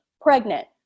pregnant